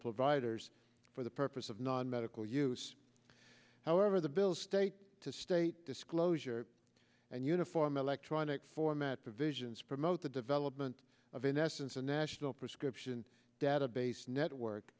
providers for the purpose of non medical use however the bill state to state disclosure and uniform electronic format provisions promote the development of in essence a national prescription database network